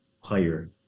higher